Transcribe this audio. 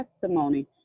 testimony